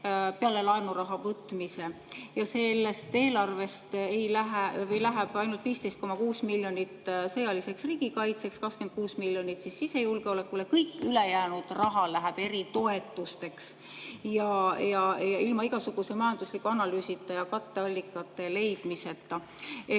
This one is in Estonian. peale laenuraha võtmise, ja sellest eelarvest läheb ainult 15,6 miljonit sõjaliseks riigikaitseks, 26 miljonit sisejulgeolekule, kõik ülejäänud raha läheb eritoetusteks – ilma igasuguse majandusliku analüüsita ja katteallikate leidmiseta.